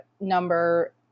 number